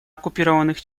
оккупированных